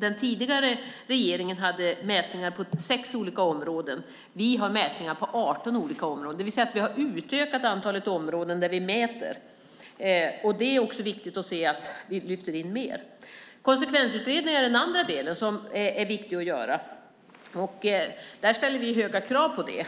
Den tidigare regeringen hade mätningar på 6 olika områden. Vi har mätningar på 18 olika områden, det vill säga vi har utökat antalet områden där vi mäter. Det är viktigt att se att vi lyfter in mer. Konsekvensutredningen är den andra delen som är viktig att göra. Vi ställer höga krav på det.